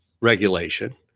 regulation